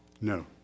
No